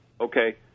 Okay